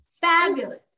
Fabulous